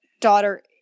daughter